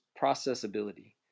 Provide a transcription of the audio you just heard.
processability